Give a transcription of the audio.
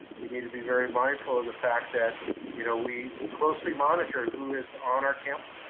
we need to be very mindful of the fact that you know we closely monitor who is on our campus.